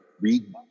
read